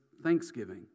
thanksgiving